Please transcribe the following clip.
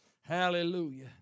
Hallelujah